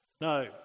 No